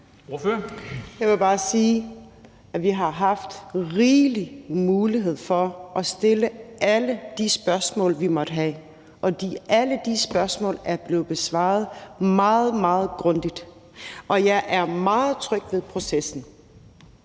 Jeg må bare sige, at vi har haft rigelig mulighed for at stille alle de spørgsmål, vi måtte have, og alle de spørgsmål er blevet besvaret meget, meget grundigt. Jeg er meget tryg ved processen.